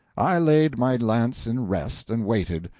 i laid my lance in rest and waited,